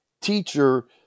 teacher